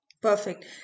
Perfect